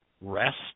rest